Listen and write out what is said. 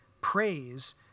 praise